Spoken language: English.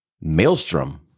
maelstrom